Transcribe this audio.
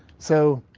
so